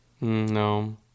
No